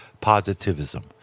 positivism